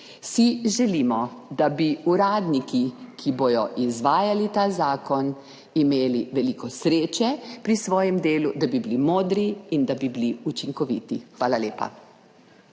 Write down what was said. si želimo, da bi uradniki, ki bodo izvajali ta zakon, imeli veliko sreče pri svojem delu, da bi bili modri in da bi bili učinkoviti. Hvala lepa.